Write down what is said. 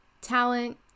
talent